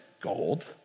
gold